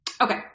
Okay